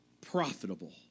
profitable